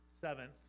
seventh